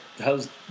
how's